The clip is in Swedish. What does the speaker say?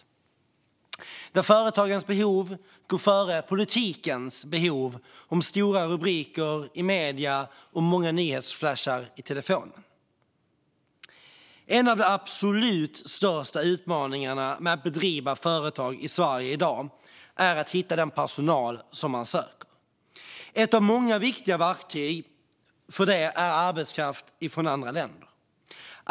Där är en politik där företagens behov går före politikens behov om stora rubriker i medier och många nyhetsflashar i telefonen. En av de absolut största utmaningarna med att driva företag i Sverige i dag är att hitta den personal som man söker. Ett av många viktiga verktyg för det är arbetskraft från andra länder.